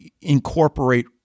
incorporate